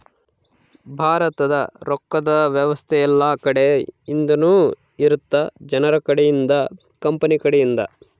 ಭಾರತದ ರೊಕ್ಕದ್ ವ್ಯವಸ್ತೆ ಯೆಲ್ಲ ಕಡೆ ಇಂದನು ಇರುತ್ತ ಜನರ ಕಡೆ ಇಂದ ಕಂಪನಿ ಕಡೆ ಇಂದ